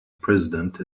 president